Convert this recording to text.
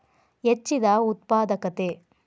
ಹೆಚ್ಚಿದ ಉತ್ಪಾದಕತೆ